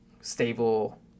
stable